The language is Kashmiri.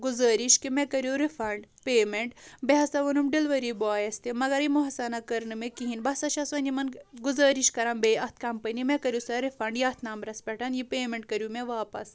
گُزٲرِش کہِ مےٚ کٔرِو رِفنٛڈ پیمٮ۪نٛٹ بیٚیہِ ہسا ووٚنُم ڈِلؤری بایَس تہِ مگر یِمو ہسا نَہ کٔر نہٕ مےٚ کِہیٖنۍ بہٕ ہسا چھَس وَنہِ یِمَن گُزٲرِش کَران بیٚیہِ اَتھ کَمپٔنی مےٚ کٔرِو سا رِفنٛڈ یَتھ نمبرَس پٮ۪ٹھ یہِ پیمٮ۪نٛٹ کٔرِو مےٚ واپَس